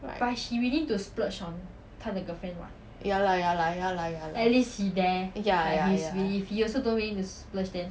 right ya lah ya lah ya ya ya